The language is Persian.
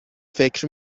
فکر